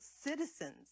citizens